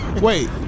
Wait